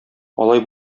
алай